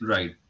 Right